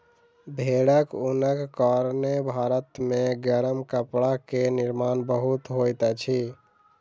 भेड़क ऊनक कारणेँ भारत मे गरम कपड़ा के निर्माण बहुत होइत अछि